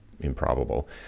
improbable